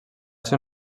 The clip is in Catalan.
ser